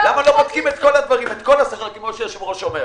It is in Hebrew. למה לא בודקים את כל הדברים כמו שהיושב ראש אומר?